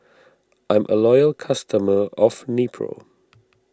I'm a loyal customer of Nepro